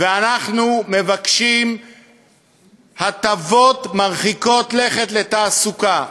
ואנחנו מבקשים הטבות מרחיקות לכת לתעסוקה.